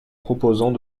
proposons